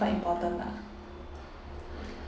quite important lah